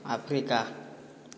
Africa